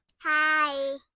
Hi